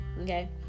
Okay